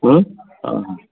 आं हां